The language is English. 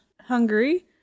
Hungary